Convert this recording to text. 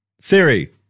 Siri